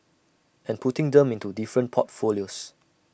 and putting them into different portfolios